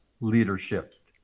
leadership